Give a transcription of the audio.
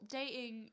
dating